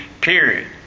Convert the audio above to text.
period